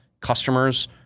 customers